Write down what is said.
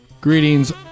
Greetings